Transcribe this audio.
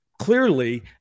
Clearly